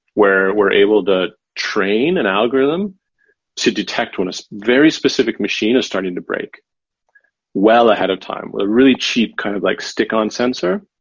where we're able to train an algorithm to detect when a very specific machine is starting to break well ahead of time with a really cheap kind of like stick on sensor.